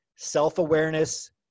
self-awareness